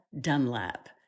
Dunlap